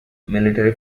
military